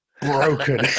broken